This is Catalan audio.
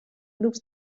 grups